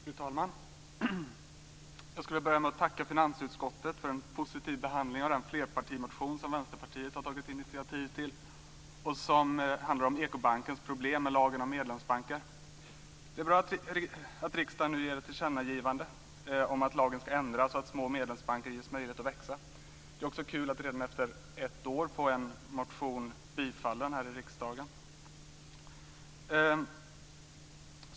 Fru talman! Jag skulle vilja börja med att tacka finansutskottet för en positiv behandling av den flerpartimotion som Vänsterpartiet har tagit initiativ till, som handlar om Ekobankens problem med lagen om medlemsbanker. Det är bra att riksdagen nu gör ett tillkännagivande om att lagen ska ändras och att små medlemsbanker ges möjlighet att växa. Det är också kul att redan efter ett år få en motion bifallen här i riksdagen.